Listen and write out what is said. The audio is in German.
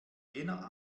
jener